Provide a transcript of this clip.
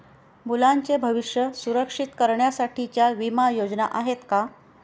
मुलांचे भविष्य सुरक्षित करण्यासाठीच्या विमा योजना आहेत का?